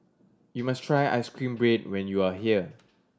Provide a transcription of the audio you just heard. you must try ice cream bread when you are here